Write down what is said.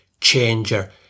changer